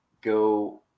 go